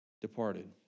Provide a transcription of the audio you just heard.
departed